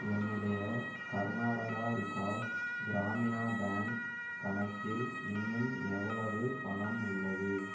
என்னுடைய கர்நாடகா விகாஸ் கிராமினா பேங்க் கணக்கில் இன்னும் எவ்வளவு பணம் உள்ளது